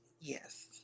Yes